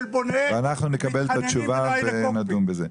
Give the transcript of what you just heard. ואנחנו נקבל את התשובה ונדון בזה.